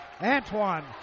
Antoine